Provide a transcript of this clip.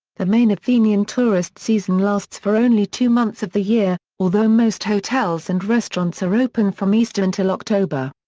the main athenian tourist season lasts for only two months of the year, although most hotels and restaurants are open from easter until october.